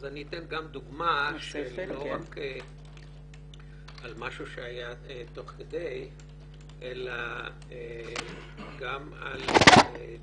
אז אני אתן גם דוגמה שהיא לא רק על משהו שהיה תוך כדי אלא גם על דוח